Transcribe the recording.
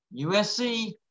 USC